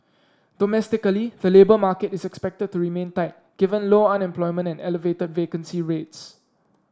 domestically the labour market is expected to remain tight given low unemployment and elevated vacancy rates